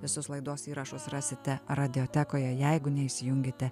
visus laidos įrašus rasite radiotekoje jeigu neįsijungėte